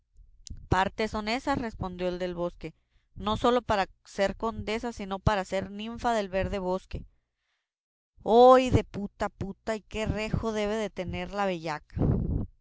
son ésas respondió el del bosque no sólo para ser condesa sino para ser ninfa del verde bosque oh hideputa puta y qué rejo debe de tener la bellaca